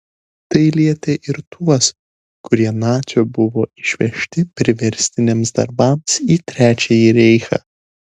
tai lietė ir tuos kurie nacių buvo išvežti priverstiniams darbams į trečiąjį reichą